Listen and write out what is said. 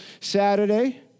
Saturday